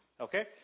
Okay